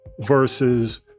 versus